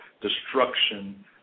destruction